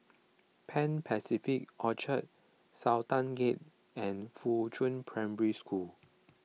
Pan Pacific Orchard Sultan Gate and Fuchun Primary School